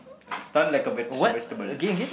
stun like a veg~ vegetable